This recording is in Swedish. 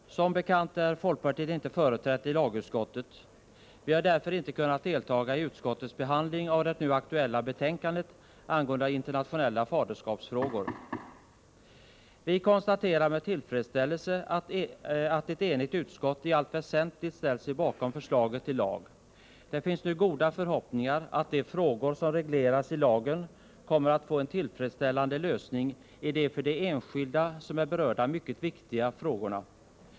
Herr talman! Som bekant är folkpartiet inte företrätt i lagutskottet. Vi har därför inte kunnat delta i utskottets behandling av det nu aktuella betänkandet angående internationella faderskapsfrågor. Vi konstaterar med tillfredsställelse att ett enigt utskott i allt väsentligt ställt sig bakom förslaget till lag. Det finns nu goda förhoppningar att de frågor som regleras i lagen kommer att få en tillfredsställande lösning. Det är för de enskilda som är berörda mycket viktiga frågor.